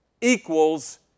equals